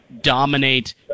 dominate